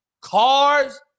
cars